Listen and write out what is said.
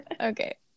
Okay